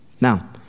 Now